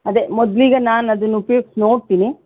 ಅದೇ ಮೊದಲಿಗೆ ನಾನು ಅದನ್ನ ಉಪ್ಯೋಗ್ಸಿ ನೋಡ್ತೀನಿ